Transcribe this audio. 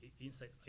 inside